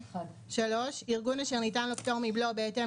"(3) ארגון אשר ניתן לו פטור מבלו בהתאם